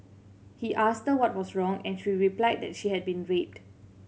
he asked her what was wrong and she replied that she had been raped